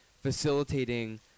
facilitating